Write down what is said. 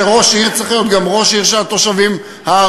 שראש עיר צריך להיות גם ראש עיר של התושבים הערבים.